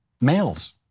males